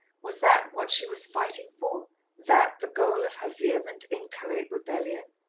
was that what she was fighting for that the goal of her vehement, inchoate rebellion?